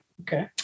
Okay